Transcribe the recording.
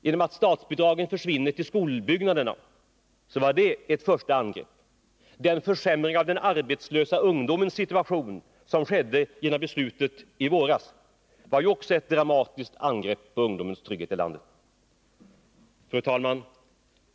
Detta att statsbidragen till skolbyggnaderna försvinner var ett första angrepp. Den försämring av den arbetslösa ungdomens situation som skedde genom beslutet i våras var också ett dramatiskt angrepp på ungdomens trygghet i landet. Fru talman!